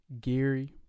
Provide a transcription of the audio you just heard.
Gary